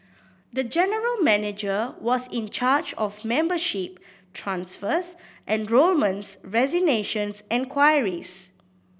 the general manager was in charge of membership transfers enrolments resignations and queries